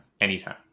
anytime